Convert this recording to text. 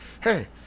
hey